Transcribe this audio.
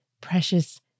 precious